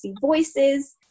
voices